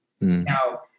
Now